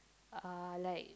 uh like